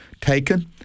taken